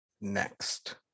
next